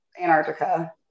Antarctica